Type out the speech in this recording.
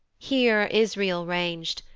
here israel rang'd,